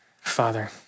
Father